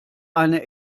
eine